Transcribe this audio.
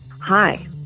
Hi